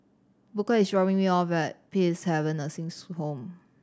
Booker is dropping me off at Peacehaven Nursing's Home